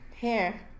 hair